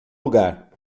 lugar